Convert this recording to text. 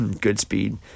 Goodspeed